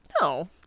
No